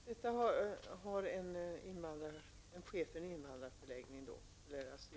Detta har chefen för en asylförläggning sagt.